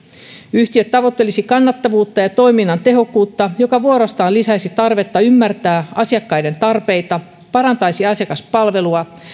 yhtiö tavoittelisi kannattavuutta ja toiminnan tehokkuutta mikä vuorostaan lisäisi tarvetta ymmärtää asiakkaiden tarpeita parantaisi asiakaspalvelua